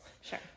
Sure